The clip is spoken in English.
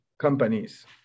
companies